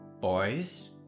Boys